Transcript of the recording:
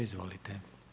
Izvolite.